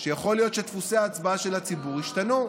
שיכול להיות שדפוסי ההצבעה של הציבור ישתנו,